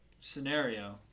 scenario